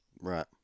right